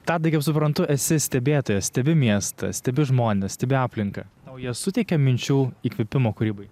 tadai kaip suprantu esi stebėtojas stebi miestą stebi žmones stebi aplinką tau jie suteikia minčių įkvėpimo kūrybai